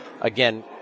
again